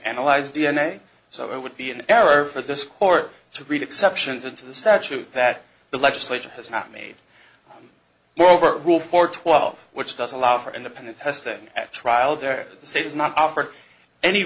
analyze d n a so it would be an error for this court to read exceptions into the statute that the legislature has not made more over rule for twelve which doesn't allow for independent testing at trial their state is not offered any